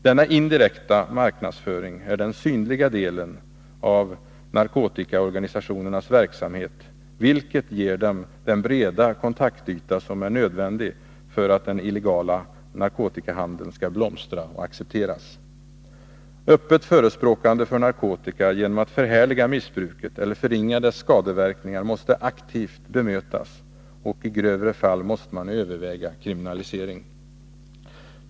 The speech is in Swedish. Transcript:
Denna indirekta marknadsföring är den synliga delen av narkotikaorganisationernas verksamhet, som ger dem den breda kontaktyta som är nödvändig för att den illegala narkotikahandeln skall blomstra och accepteras. Öppet förespråkande av narkotika genom att förhärliga missbruket eller förringa dess skadeverkningar måste aktivt bemötas, och i grövre fall måste man överväga kriminalisering.